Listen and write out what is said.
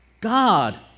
God